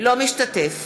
לא משתתף